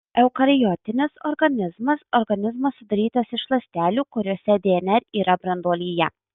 eukariotinis organizmas organizmas sudarytas iš ląstelių kuriose dnr yra branduolyje